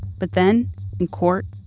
but then in court,